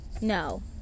no